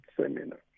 seminar